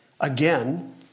Again